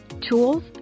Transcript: tools